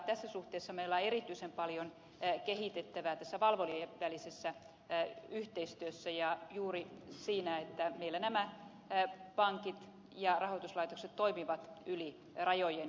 tässä suhteessa meillä on erityisen paljon kehitettävää valvojien välisessä yhteistyössä ja juuri siinä että meillä pankit ja rahoituslaitokset toimivat yli rajojen